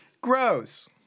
Gross